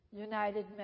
United